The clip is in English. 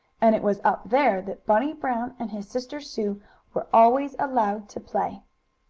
and it was up there that bunny brown and his sister sue were always allowed to play.